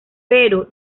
pero